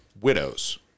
widows